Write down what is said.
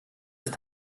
ist